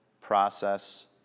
process